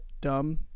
dumb